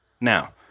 Now